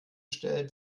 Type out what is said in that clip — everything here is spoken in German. stellt